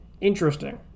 interesting